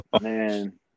man